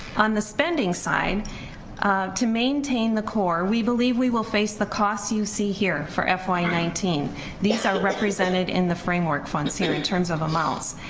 on the spending side to maintain the core we believe we will face the cost you see here for fy nineteen these are represented in the framework funds here in terms of a mouse.